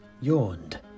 yawned